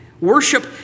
Worship